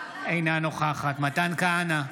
אינה נוכחת מתן כהנא,